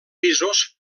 pisos